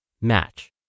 match